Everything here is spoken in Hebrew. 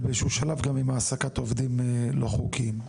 באיזה שהוא שלב גם עם העסקת עובדים לא חוקיים,